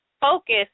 focus